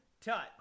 Tut